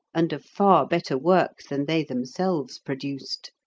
and of far better work than they themselves produced.